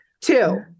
Two